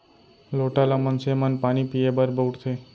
लोटा ल मनसे मन पानी पीए बर बउरथे